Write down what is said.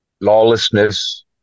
Lawlessness